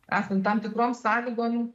esant tam tikrom sąlygom